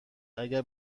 اگر